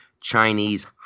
Chinese